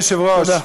אדוני היושב-ראש,